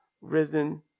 risen